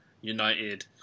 United